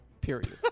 period